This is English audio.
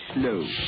slow